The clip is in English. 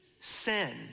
sin